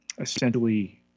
essentially